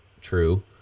True